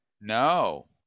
No